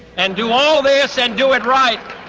and do all this, and do it right,